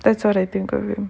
that's what I think of him